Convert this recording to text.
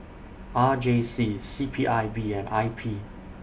R J C C P I B and I P